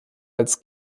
als